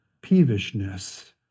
peevishness